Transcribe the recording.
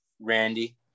Randy